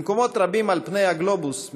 במקומות רבים על פני הגלובוס,